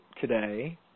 today